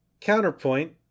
Counterpoint